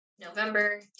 November